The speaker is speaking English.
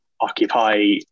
occupy